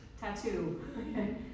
tattoo